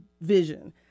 vision